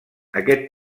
aquest